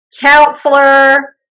Counselor